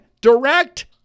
direct